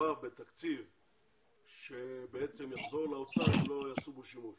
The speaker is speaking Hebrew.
שמדובר בתקציב שבעצם יחזור לאוצר אם לא יעשו בו שימוש